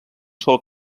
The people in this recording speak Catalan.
sol